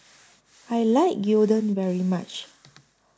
I like Gyudon very much